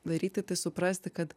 daryti tai suprasti kad